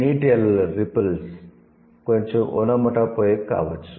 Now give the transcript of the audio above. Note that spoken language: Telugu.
నీటి అలలు కొంచెం ఒనోమాటోపోయిక్ కావచ్చు